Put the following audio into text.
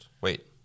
Wait